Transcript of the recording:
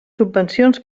subvencions